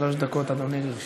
שלוש דקות, אדוני, לרשותך.